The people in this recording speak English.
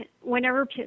whenever